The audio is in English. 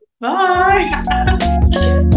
Bye